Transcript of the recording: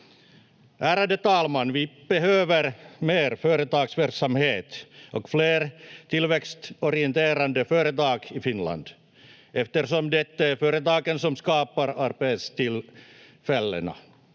Ärade talman! Vi behöver mer företagsverksamhet och fler tillväxtorienterade företag i Finland, eftersom det är företagen som skapar arbetstillfällena.